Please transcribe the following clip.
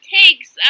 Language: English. takes